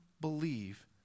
believe